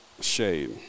shade